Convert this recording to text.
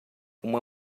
uma